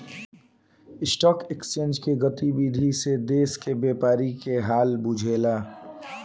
stock exchange के गतिविधि से देश के व्यापारी के हाल बुझला